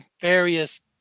various